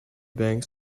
banking